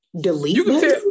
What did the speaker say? delete